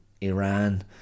Iran